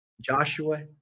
Joshua